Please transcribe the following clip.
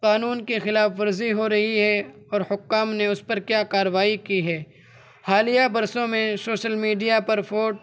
قانون کی خلاف ورزی ہو رہی ہے اور حکام نے اس پر کیا کارروائی کی ہے حالیہ برسوں میں شوسل میڈیا پر فوٹ